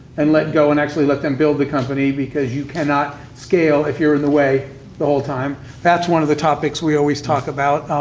and let go and actually let them build the company, because you cannot scale if you're in the way the whole time. that's one of the topics we always talk about.